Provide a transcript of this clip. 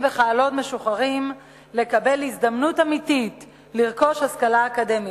וחיילות משוחררים לקבל הזדמנות אמיתית לרכוש השכלה אקדמית.